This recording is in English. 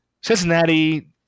Cincinnati